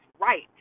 right